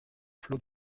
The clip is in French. flot